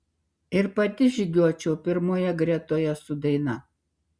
ir pati žygiuočiau pirmoje gretoje su daina